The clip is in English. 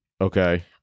Okay